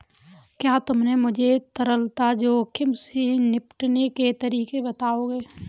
क्या तुम मुझे तरलता जोखिम से निपटने के तरीके बताओगे?